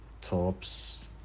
tops